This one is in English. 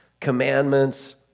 commandments